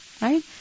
Right